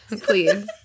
please